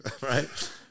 right